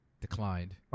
declined